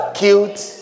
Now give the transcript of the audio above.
cute